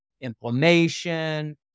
inflammation